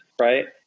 right